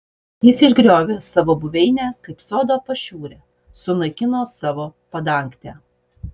jis išgriovė savo buveinę kaip sodo pašiūrę sunaikino savo padangtę